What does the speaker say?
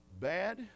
bad